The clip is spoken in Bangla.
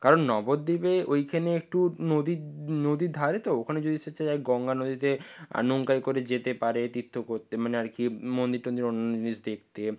কারণ নবদ্বীপে ওইখানে একটু নদীর নদীর ধারে তো ওখানে যদি সে চায় গঙ্গা নদীতে আর নৌকায় করে যেতে পারে তীর্থ করতে মানে আর কি মন্দির টন্দির অন্যান্য জিনিস দেখতে